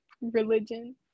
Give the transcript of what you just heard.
religion